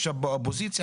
עכשיו באופוזיציה,